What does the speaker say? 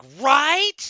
right